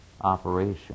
operation